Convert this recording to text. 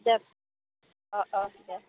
দেক অঁ অঁ দেক